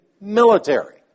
military